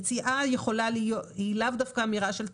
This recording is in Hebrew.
יציאה היא לאו דווקא אמירה על תקלה.